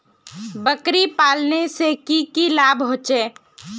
बकरी पालने से की की लाभ होचे?